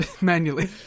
Manually